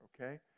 okay